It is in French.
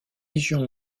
légion